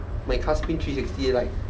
my car spin three sixty like